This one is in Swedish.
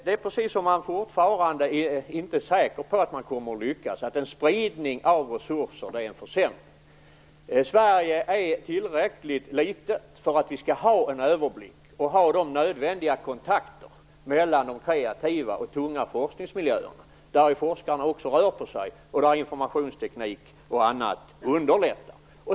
Det är precis som om man fortfarande inte vore säker på att de kommer att lyckas utan tycker att en spridning av resurser är en försämring. Sverige är tillräckligt litet för att vi skall ha en överblick och ha nödvändiga kontakter mellan de kreativa och tunga forskningsmiljöerna, där forskarna rör på sig och där informationsteknik och annat underlättar.